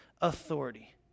authority